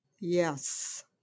Yes